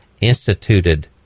instituted